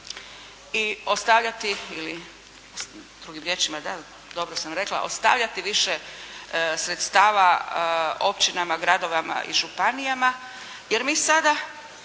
i ostavljati ili drugim riječima, da, dobro sam rekla ostavljati više sredstava općinama, gradovima i županijama. Jer mi sada